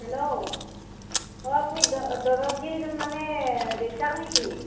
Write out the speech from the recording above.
hello অঁ আপুনি ড ডৰথীৰ মানে দেউতাক নেকি